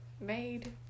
made